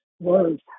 Words